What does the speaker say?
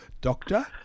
Doctor